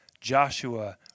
Joshua